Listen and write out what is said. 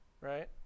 right